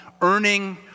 earning